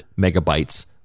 megabytes